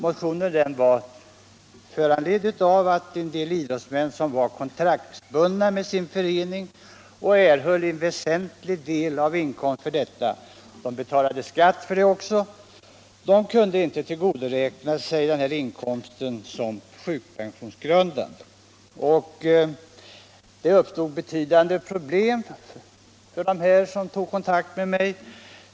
Motionen var föranledd av att en del idrottsmän som var kontraktsbundna med sin förening och erhöll en väsentlig del av sin inkomst för detta — de betalade också skatt för inkomsten — inte kunde tillgodoräkna sig denna inkomst som sjukpenninggrundande. Det uppstod betydande problem för de här människorna, som tog kontakt med mig.